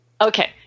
Okay